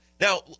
Now